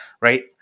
right